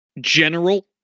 general